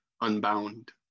unbound